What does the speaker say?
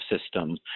system